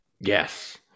Yes